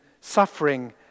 suffering